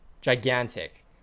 Gigantic